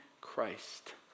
Christ